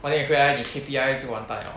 万一你回来你 K_P_R_A 就完蛋了